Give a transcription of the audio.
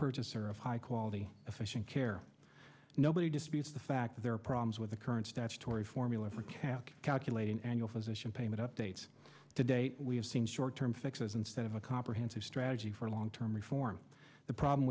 purchaser of high quality efficient care nobody disputes the fact there are problems with the current statutory formula for calculating annual physician payment updates to date we have seen short term fixes instead of a comprehensive strategy for long term reform the problem